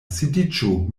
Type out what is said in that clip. sidiĝu